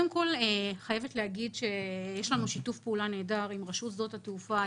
אני חייבת להגיד שיש לנו שיתוף פעולה נהדר עם רשות שדות התעופה,